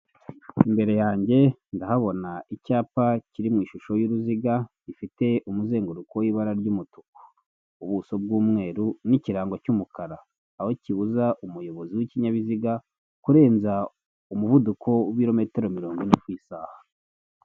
Imbere yange ndahabona icyapa kiri mu ishusho y'uruziga gifite umuzenguruko w'ibara ry'umutuku, ubuso bw'umweru n'ikirango cy'umukara. Aho kibuza umuyobozi w'ikinyabiziga kurenza umuvuduko w'ibirometero mirongo ine mu isaha.